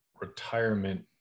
retirement